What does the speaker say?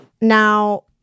Now